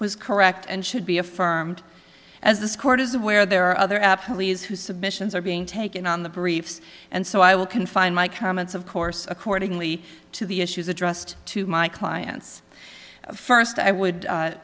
was correct and should be affirmed as this court is aware there are other up police who submissions are being taken on the briefs and so i will confine my comments of course accordingly to the issues addressed to my clients first i would